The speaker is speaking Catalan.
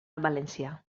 valencià